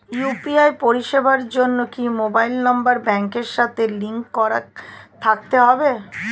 UPI পরিষেবার জন্য কি মোবাইল নাম্বার ব্যাংকের সাথে লিংক করা থাকতে হবে?